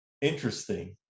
interesting